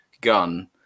gun